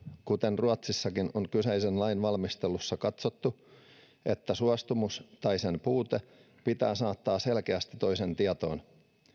kuten ruotsissakin on kyseisen lain valmistelussa katsottu että suostumus tai sen puute pitää saattaa selkeästi toisen tietoon